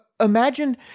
Imagine